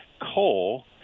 coal